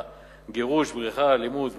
גירוש, בריחה, אלימות וכדומה,